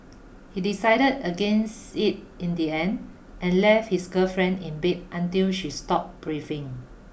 he decided against it in the end and left his girlfriend in bed until she stopped breathing